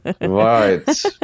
Right